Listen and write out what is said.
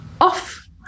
off